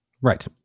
Right